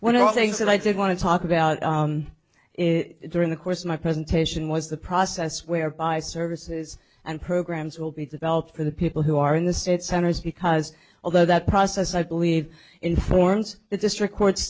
the things that i did want to talk about is during the course of my presentation was the process whereby services and programs will be developed for the people who are in the state centers because although that process i believe informs the district court's